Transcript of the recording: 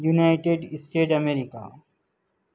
united state America